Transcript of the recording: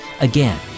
Again